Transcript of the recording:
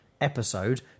episode